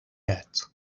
hat